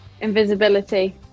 Invisibility